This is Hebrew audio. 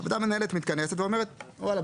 הוועדה המנהלת מתכנסת ואומרת: ואללה,